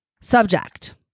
Subject